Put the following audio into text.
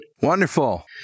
Wonderful